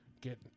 get